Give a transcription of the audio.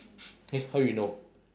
eh how you know